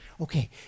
Okay